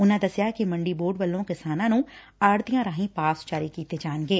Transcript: ਉਨਾਂ ਦਸਿਆ ਕਿ ਮੰਡੀ ਬੋਰਡ ਵੱਲੋਂ ਕਿਸਾਨਾਂ ਨੂੰ ਆਤਤੀਆਂ ਰਾਹੀ ਪਾਸ ਜਾਰੀ ਕੀਤੇ ਜਾਣਗੇ